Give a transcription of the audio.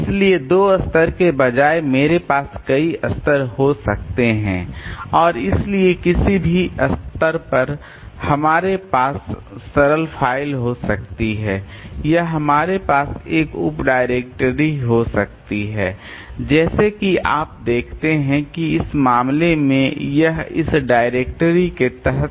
इसलिए दो स्तर के बजाय मेरे पास कई स्तर हो सकते हैं और इसलिए किसी भी स्तर पर हमारे पास सरल फ़ाइल हो सकती है या हमारे पास एक उप डायरेक्टरी हो सकती है जैसे कि आप देखते हैं कि इस मामले में यह इस डायरेक्टरी के तहत